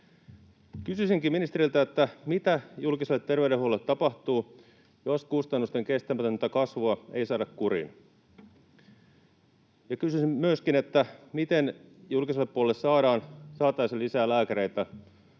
Kysyisinkin ministeriltä, mitä julkiselle terveydenhuollolle tapahtuu, jos kustannusten kestämätöntä kasvua ei saada kuriin. Kysyisin myöskin, miten julkiselle puolelle saataisiin lisää lääkäreitä.